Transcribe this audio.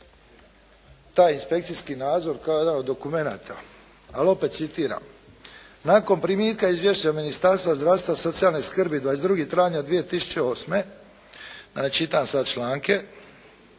taj inspekcijski nadzor kao jedan od dokumenta. Ali opet citiram, nakon primitka izvješća Ministarstva zdravstva i socijalne skrbi 22. travnja 2008.